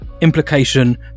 implication